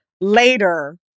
later